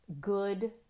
good